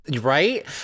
Right